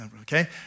okay